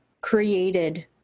created